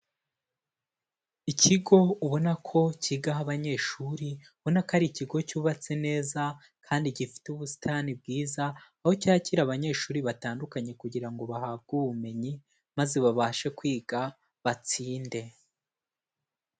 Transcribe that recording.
Ikigo ubona ko kigaho abanyeshuri ubona ko ari ikigo cyubatse neza kandi gifite ubusitani bwiza, aho cyakira abanyeshuri batandukanye kugira ngo bahabwe ubumenyi, maze babashe kwiga batsinde.